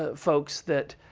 ah folks that